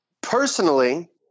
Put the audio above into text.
personally